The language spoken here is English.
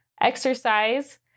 exercise